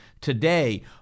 today